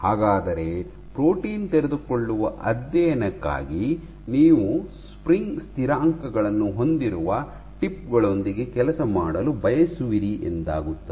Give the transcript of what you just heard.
ಹಾಗಾದರೆ ಪ್ರೋಟೀನ್ ತೆರೆದುಕೊಳ್ಳುವ ಅಧ್ಯಯನಕ್ಕಾಗಿ ನೀವು ಸ್ಪ್ರಿಂಗ್ ಸ್ಥಿರಾಂಕಗಳನ್ನು ಹೊಂದಿರುವ ಟಿಪ್ ಗಳೊಂದಿಗೆ ಕೆಲಸ ಮಾಡಲು ಬಯಸುವಿರಿ ಎಂದಾಗುತ್ತದೆ